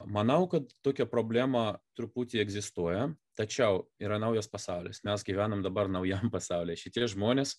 manau kad tokia problema truputį egzistuoja tačiau yra naujas pasaulis mes gyvenam dabar naujam pasauly šitie žmonės